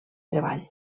treball